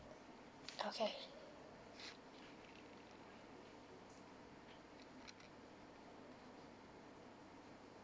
okay